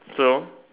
so